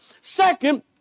Second